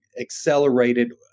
accelerated